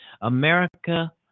America